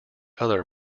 other